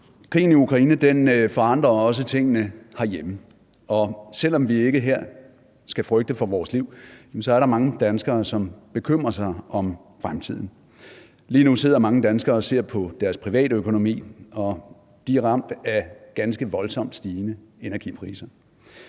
Krigen i Ukraine forandrer også tingene herhjemme, og selv om vi ikke her skal frygte for vores liv, jamen så er der mange danskere, som bekymrer sig om fremtiden. Lige nu sidder mange danskere og ser på deres privatøkonomi, og de er ramt af ganske voldsomt stigende energipriser.